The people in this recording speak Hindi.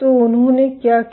तो उन्होंने क्या किया